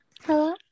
Hello